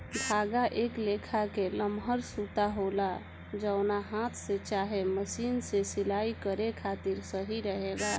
धागा एक लेखा के लमहर सूता होला जवन हाथ से चाहे मशीन से सिलाई करे खातिर सही रहेला